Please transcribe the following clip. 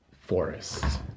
forests